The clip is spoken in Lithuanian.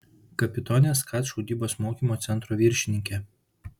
kapitonė skat šaudybos mokymo centro viršininkė